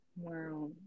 Wow